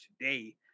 today